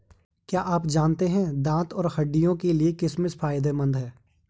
क्या आप जानते है दांत और हड्डियों के लिए किशमिश फायदेमंद है?